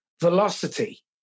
velocity